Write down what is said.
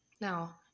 Now